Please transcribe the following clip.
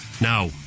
now